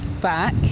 back